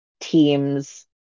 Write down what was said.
teams